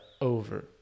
over